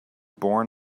born